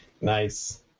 Nice